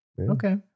Okay